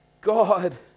God